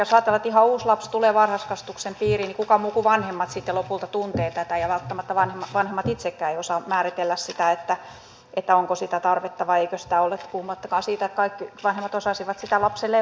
jos ajatellaan että ihan uusi lapsi tulee varhaiskasvatuksen piiriin niin kuka muu kuin vanhemmat sitten lopulta tuntee tätä välttämättä vanhemmat itsekään eivät osaa määritellä sitä onko sitä tarvetta vai eikö sitä ole puhumattakaan siitä että kaikki vanhemmat osaisivat sitä lapselleen vaatia